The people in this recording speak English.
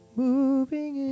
moving